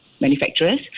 manufacturers